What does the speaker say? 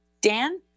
Dan